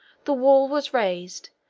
the wall was raised,